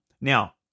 Now